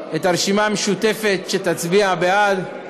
את הרשימה המשותפת, שתצביע בעד,